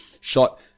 Shot